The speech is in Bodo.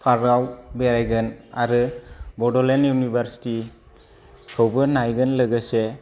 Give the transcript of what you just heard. पार्क आव बेरायगोन आरो बड'लेण्ड इउनिभार्सिटि खौबो नायगोन लोगोसे